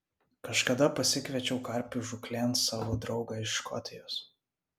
kažkada pasikviečiau karpių žūklėn savo draugą iš škotijos